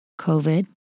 COVID